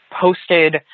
posted